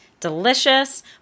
delicious